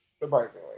Surprisingly